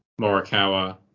Morikawa